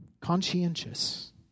Conscientious